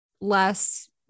less